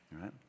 right